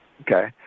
Okay